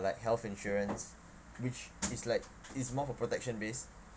like health insurance which is like it's more for protection base